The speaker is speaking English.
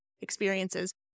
experiences